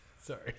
Sorry